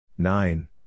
Nine